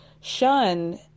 shun